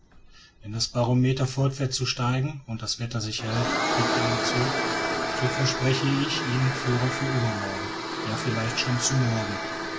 wenn das barometer fortfährt zu steigen und das wetter sich hält fügte er hinzu so verspreche ich ihnen führer zu übermorgen ja vielleicht schon zu morgen